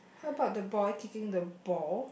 how about the boy kicking the ball